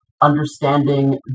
understanding